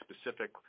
specific